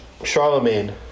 Charlemagne